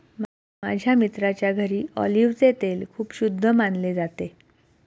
माझ्या मित्राच्या घरी ऑलिव्हचे तेल खूप शुद्ध मानले जाते